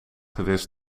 gewist